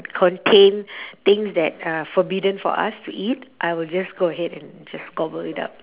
contain things that are forbidden for us to eat I will just go ahead and just gobble it up